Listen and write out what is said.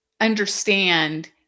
understand